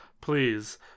please